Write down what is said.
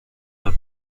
the